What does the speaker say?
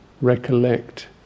recollect